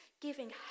giving